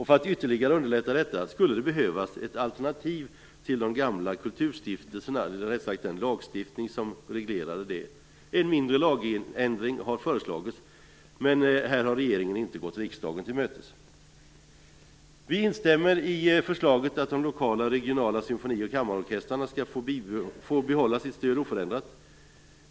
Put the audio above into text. För att ytterligare underlätta detta skulle det behövas ett alternativ till den lagstiftning som reglerat de gamla kulturstiftelserna. En mindre lagändring har föreslagits, men här har regeringen inte gått riksdagen till mötes. Vi instämmer i förslaget att de lokala och regionala symfoni och kammarorkestrarna skall få behålla sitt stöd oförändrat.